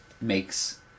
makes